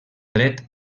dret